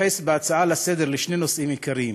אתייחס בהצעה לסדר-היום לשני נושאים עיקריים: